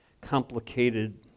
complicated